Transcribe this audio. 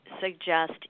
suggest